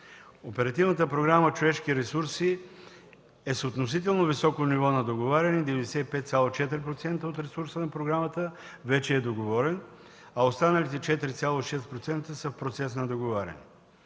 Оперативната програма „Човешки ресурси” е с относително високо ниво на договаряне – 95,4% от ресурса на програмата вече е договорен, а останалите 4,6% са в процес на договаряне.